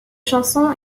chansons